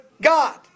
God